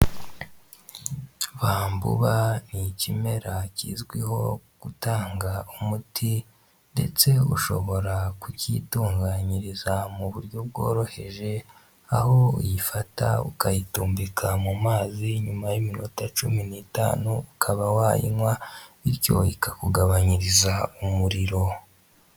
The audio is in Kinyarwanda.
Bambuba ni ikimera kizwiho gutanga umuti ndetse ushobora kukicyitunganyiriza mu buryo bworoheje aho uyifata ukayitumbika mu mazi nyuma y'iminota cumi n'itanu ukaba wayinywa bityo ikakugabanyiriza umuriro.